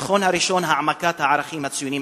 נכון שהראשון הוא העמקת הערכים הציוניים,